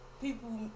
people